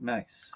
Nice